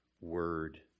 word